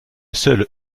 seul